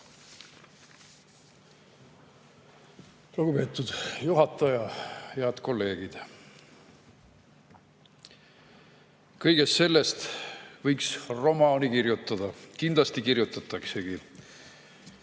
Lugupeetud juhataja! Head kolleegid! Kõigest sellest võiks romaani kirjutada. Kindlasti kirjutataksegi.